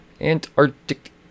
Antarctic